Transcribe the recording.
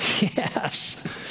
yes